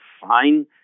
fine